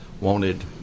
wanted